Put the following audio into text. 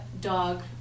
dog